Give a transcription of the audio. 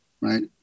right